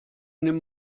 nimm